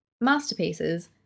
masterpieces